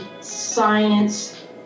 science